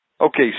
Okay